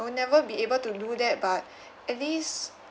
we'll never be able to do that but at least